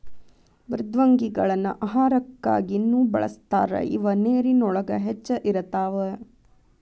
ಮೃದ್ವಂಗಿಗಳನ್ನ ಆಹಾರಕ್ಕಾಗಿನು ಬಳಸ್ತಾರ ಇವ ನೇರಿನೊಳಗ ಹೆಚ್ಚ ಇರತಾವ